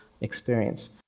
experience